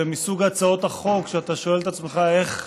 זה מסוג הצעות החוק שאתה שואל את עצמך: איך